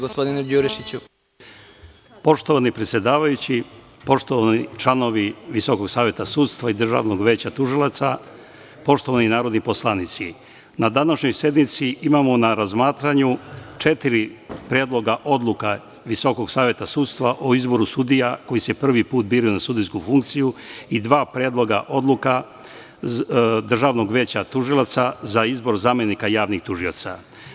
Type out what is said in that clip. Poštovani predsedavajući, poštovani članovi Visokog saveta sudstva i Državnog veća tužilaca, poštovani narodni poslanici, na današnjoj sednici imamo na razmatranju četiri predloga odluka Visokog saveta sudstva o izboru sudija koji se prvi put biraju na sudijsku funkciju i dva predloga odluka Državnog veća tužilaca za izbor zamenika javnih tužioca.